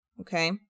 Okay